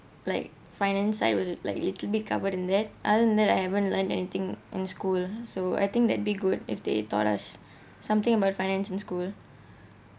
like finance side was a like little bit covered in that other than that I haven't learned anything in school so I think that be good if they taught us something about finance in school